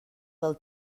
del